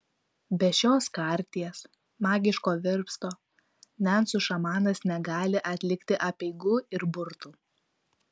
be šios karties magiško virpsto nencų šamanas negali atlikti apeigų ir burtų